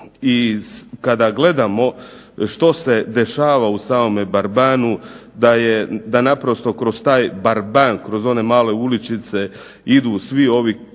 i kada gledamo što se dešava u samom Barbanu, da je naprosto kroz taj Barban kroz one male uličice idu svi ovi ili